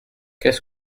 qu’est